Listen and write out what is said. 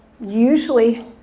usually